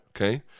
okay